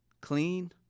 clean